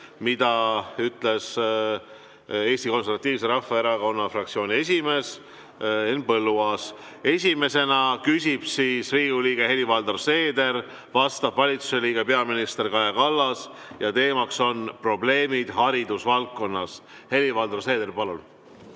mida ütles Eesti Konservatiivse Rahvaerakonna fraktsiooni esimees Henn Põlluaas. Esimesena küsib Riigikogu liige Helir-Valdor Seeder, vastab Vabariigi Valitsuse liige peaminister Kaja Kallas ja teema on probleemid haridusvaldkonnas. Helir-Valdor Seeder, palun!